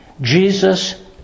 Jesus